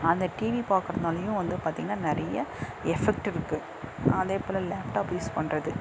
அந்த டிவி பார்க்கறதுனாலையும் வந்து பார்த்தீங்னா நிறைய எஃபெக்ட் இருக்குது அதேப்போல் லேப்டாப் யூஸ் பண்ணுறது